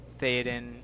Theoden